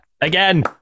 again